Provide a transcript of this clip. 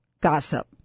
gossip